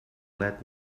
let